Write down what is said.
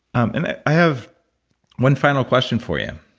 and i have one final question for you.